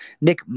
Nick